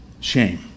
Shame